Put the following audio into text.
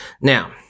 Now